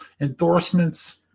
Endorsements